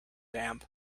damp